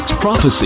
prophecy